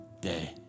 day